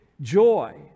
joy